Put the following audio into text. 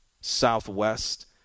southwest